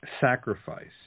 sacrifice